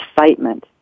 excitement